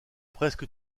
presque